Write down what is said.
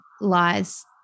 lies